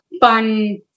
fun